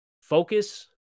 focus